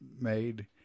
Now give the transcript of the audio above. made